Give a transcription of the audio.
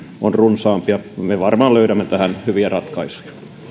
on runsaampi ja me varmaan löydämme tähän hyviä ratkaisuja